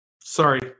Sorry